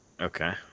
Okay